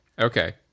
Okay